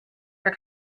for